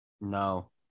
No